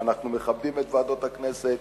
ואם אנחנו מכבדים את ועדות הכנסת,